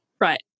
Right